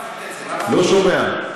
אני לא שומע.